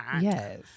Yes